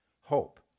hope